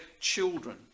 children